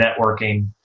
networking